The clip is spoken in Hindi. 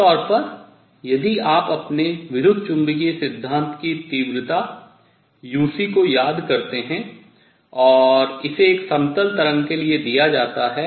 आमतौर पर यदि आप अपने विद्युत चुम्बकीय सिद्धांत की तीव्रता uc को याद करतें है और इसे एक समतल तरंग के लिए दिया जाता है